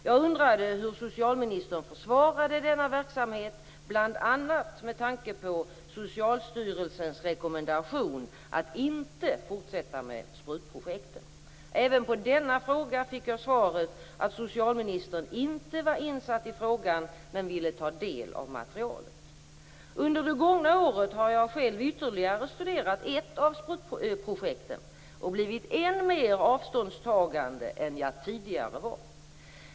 Jag undrade hur socialministern försvarade denna verksamhet bl.a. med tanke på Socialstyrelsens rekommendation att inte fortsätta med sprutprojekten. Även på denna fråga fick jag svaret att socialministern inte var insatt i frågan men ville ta del av materialet. Under det gångna året har jag själv ytterligare studerat ett av sprutprojekten och blivit än mer avståndstagande än jag tidigare var.